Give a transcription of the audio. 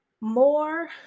More